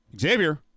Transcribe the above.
Xavier